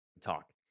talk